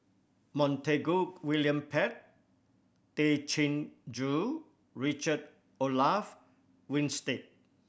Montague William Pett Tay Chin Joo Richard Olaf Winstedt